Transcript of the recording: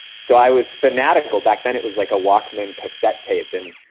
so i was fanatical. back then, it was like a walkman cassette tape. then,